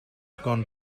gone